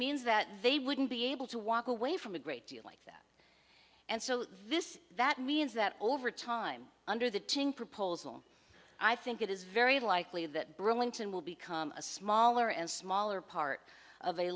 means that they wouldn't be able to walk away from a great deal like and so this that means that over time under the tin proposal i think it is very likely that burlington will become a smaller and smaller part of